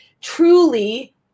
truly